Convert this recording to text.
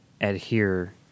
adhere